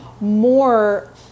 more